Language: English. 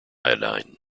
iodine